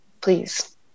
Please